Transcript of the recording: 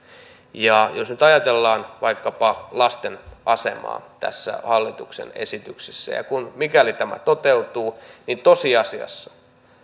jos nyt ajatellaan vaikkapa lasten asemaa tässä hallituksen esityksessä ja mikäli tämä toteutuu niin tosiasiassa